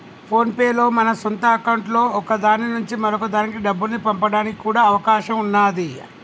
phone pay లో మన సొంత అకౌంట్లలో ఒక దాని నుంచి మరొక దానికి డబ్బుల్ని పంపడానికి కూడా అవకాశం ఉన్నాది